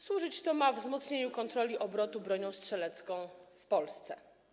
Służyć to ma wzmocnieniu kontroli obrotu bronią strzelecką w Polsce.